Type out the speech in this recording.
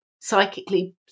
psychically